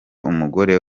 umugore